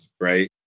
right